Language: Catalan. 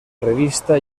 revista